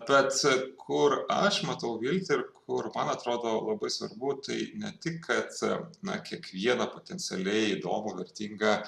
bet kur aš matau viltį ir kur man atrodo labai svarbu tai ne tik kad na kiekvieną potencialiai įdomų vertingą